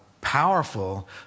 powerful